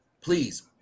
Please